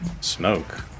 Smoke